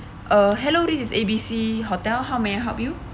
uh hello this is A B C hotel how may I help you